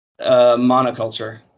monoculture